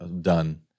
done